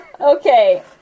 Okay